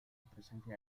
presencia